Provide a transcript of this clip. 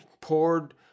poured